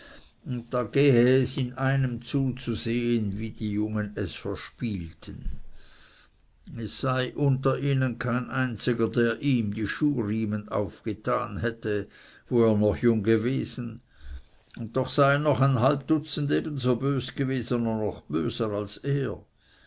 gehe es ihm in einem zu zu sehen wie die jungen es verspielten es sei unter ihnen kein einziger der ihm die schuhriemen aufgetan hätte wo er noch jung gewesen und doch seien noch ein halb dutzend ebenso bös gewesen oder noch böser als er